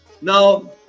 Now